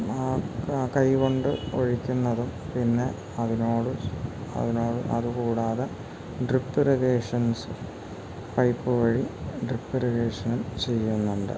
ആ കൈകൊണ്ട് ഒഴിക്കുന്നതും പിന്നെ അതിനോട് അതിനോട് അതുകൂടാതെ ഡ്രിപ്പ് ഇറിഗേഷൻസ് പൈപ്പ് വഴി ഡ്രിപ്പ് ഇറിഗേഷനും ചെയ്യുന്നുണ്ട്